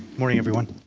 morning, everyone.